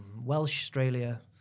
Welsh-Australia